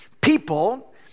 People